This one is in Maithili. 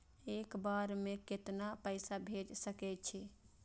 एक बार में केतना पैसा भेज सके छी?